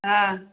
हँ